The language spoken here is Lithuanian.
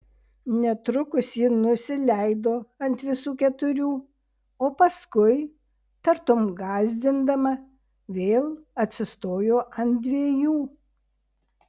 netrukus ji nusileido ant visų keturių o paskui tartum gąsdindama vėl atsistojo ant dviejų